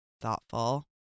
thoughtful